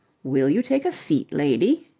will you take a seat, lady?